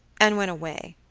and went away,